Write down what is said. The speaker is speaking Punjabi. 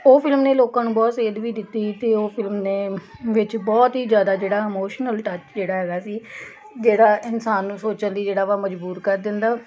ਉਹ ਫਿਲਮ ਨੇ ਲੋਕਾਂ ਨੂੰ ਬਹੁਤ ਸੇਧ ਵੀ ਦਿੱਤੀ ਅਤੇ ਉਹ ਫਿਲਮ ਨੇ ਵਿੱਚ ਬਹੁਤ ਹੀ ਜ਼ਿਆਦਾ ਜਿਹੜਾ ਇਮੋਸ਼ਨਲੀ ਟੱਚ ਜਿਹੜਾ ਹੈਗਾ ਸੀ ਜਿਹੜਾ ਇਨਸਾਨ ਨੂੰ ਸੋਚਣ ਲਈ ਜਿਹੜਾ ਵਾ ਮਜ਼ਬੂਰ ਕਰ ਦਿੰਦਾ